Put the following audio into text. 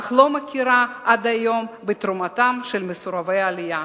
אך לא מכירה עד היום בתרומתם של מסורבי העלייה.